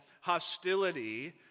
hostility